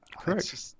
Correct